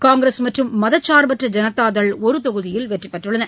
காங்கிரஸ் மற்றும் மதசா்பற்ற ஜனதாதள் தலா ஒரு தொகுதியில் வெற்றிபெற்றுள்ளன